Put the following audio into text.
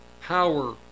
power